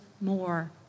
more